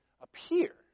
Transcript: appear